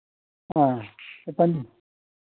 हां